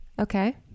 Okay